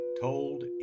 told